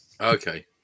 Okay